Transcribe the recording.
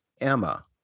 emma